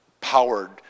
powered